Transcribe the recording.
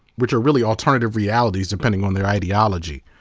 which are really alternative realities, depending on their ideology,